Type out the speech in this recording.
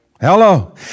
Hello